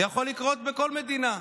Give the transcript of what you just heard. זה יכול לקרות בכל מדינה,